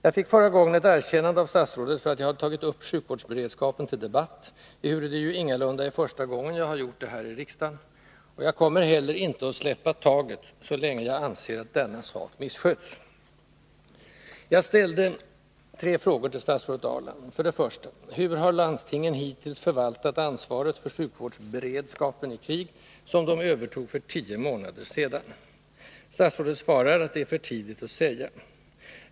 Jag fick förra gången ett erkännande av statsrådet för att jag har tagit upp sjukvårdsberedskapen till debatt — ehuru det ju ingalunda är första gången jag har gjort det här i riksdagen — och jag kommer heller inte att släppa taget så länge jag anser att denna sak missköts. Jag ställde tre frågor till statsrådet Ahrland: 1. Hur har landstingen hittills förvaltat ansvaret för sjukvårdsberedskapen i krig som de övertog för tio månader sedan? Statsrådet svarar att det är för tidigt att säga.